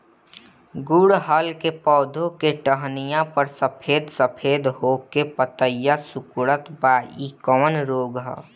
गुड़हल के पधौ के टहनियाँ पर सफेद सफेद हो के पतईया सुकुड़त बा इ कवन रोग ह?